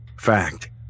Fact